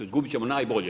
Izgubit ćemo najbolje.